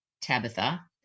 Tabitha